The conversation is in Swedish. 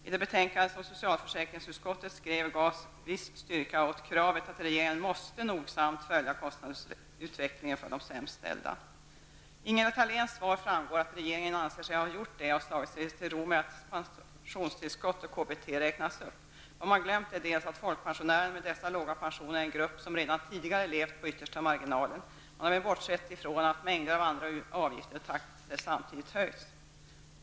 I det betänkande som socialförsäkringsutskottet skrev gavs viss styrka åt kravet att regeringen nogsamt måste följa kostnadsutvecklingen för de sämst ställda. Av Ingela Thaléns svar framgår att regeringen anser sig ha gjort det och slagit sig till ro med att pensionstillskott och KBT räknats upp. Vad man glömt är att folkpensionärerna med dessa låga pensioner är en grupp som redan tidigare levt på yttersta marginalen. Man har även bortsett ifrån att mängder av andra avgifter och taxor samtidigt höjts.